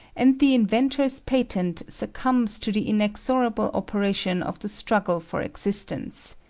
and the inventor's patent succumbs to the inexorable operation of the struggle for existence.